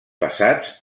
passats